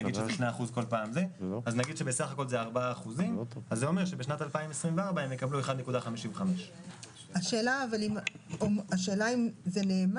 נגיד שזה 2% כל פעם כלומר בשנת 2024 הם יקבלו 1.55. אתה